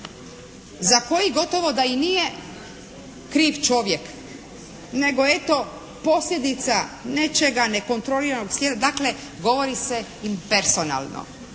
za koji gotovo da i nije kriv čovjek nego eto posljedica nečega nekontroliranog. Dakle, govori se in personalno.